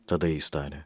tada jis tarė